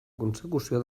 consecució